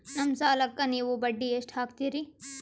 ನಮ್ಮ ಸಾಲಕ್ಕ ನೀವು ಬಡ್ಡಿ ಎಷ್ಟು ಹಾಕ್ತಿರಿ?